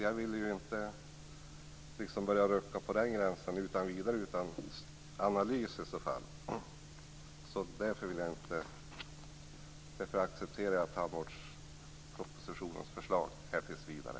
Jag vill alltså inte rucka på 65 årsgränsen utan vidare analyser. Därför accepterar jag tandvårdspropositionens förslag i den delen tills vidare.